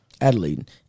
Adelaide